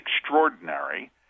extraordinary